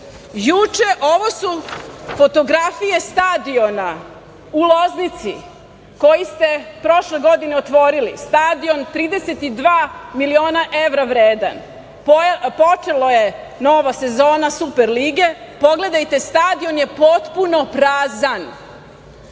juče, ovo su fotografije stadiona u Loznici koji ste prošle godine otvorili, stadion 32 miliona evra vredan, počela je nova sezona Superlige, pogledajte stadion je potpuno prazan,